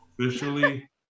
Officially